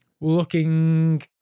looking